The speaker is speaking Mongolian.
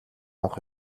авах